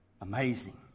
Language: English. amazing